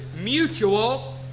mutual